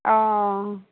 অঁ